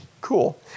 cool